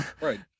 Right